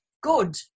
Good